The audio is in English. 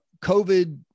covid